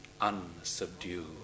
unsubdued